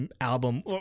album